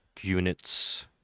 units